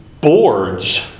boards